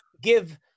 give